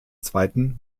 zweiten